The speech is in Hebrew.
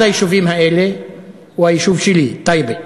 אחד היישובים האלה הוא הוא היישוב שלי, טייבה.